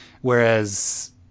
Whereas